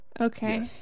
Okay